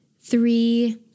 three